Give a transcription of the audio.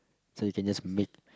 so you can just make